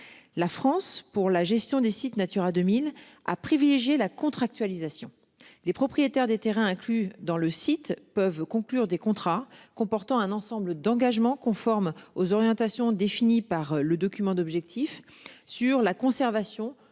La France pour la gestion des sites Natura 2000 à privilégier la contractualisation. Les propriétaires des terrains inclus dans le site peuvent conclure des contrats comportant un ensemble d'engagements conforme aux orientations définies par le document d'objectifs, sur la conservation